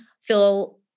feel